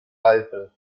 eifel